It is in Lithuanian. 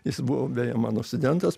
jis buvo beje mano studentas